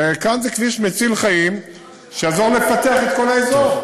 וכאן זה כביש מציל חיים שיעזור לפתח את כל האזור.